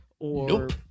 Nope